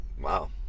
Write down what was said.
wow